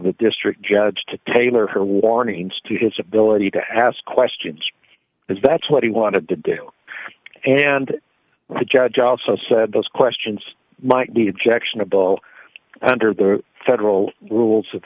the district judge to tailor her warnings to his ability to has questions because that's what he wanted to do and the judge also said those questions might be objectionable under the federal rules